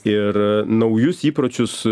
ir naujus įpročius